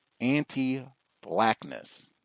anti-blackness